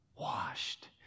washed